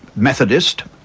methodist,